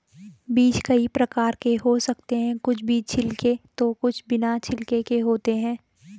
बीज कई प्रकार के हो सकते हैं कुछ बीज छिलके तो कुछ बिना छिलके के होते हैं